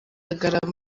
ugaragara